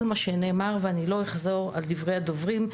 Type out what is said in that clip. מה שנאמר ואני לא אחזור על דברי הדוברים,